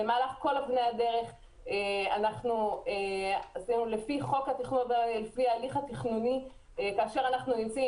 במהלך כל הדרך אנחנו עשינו את הדברים לפי ההליך התכנוני ואנחנו יוצאים